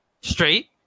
Straight